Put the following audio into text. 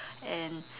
and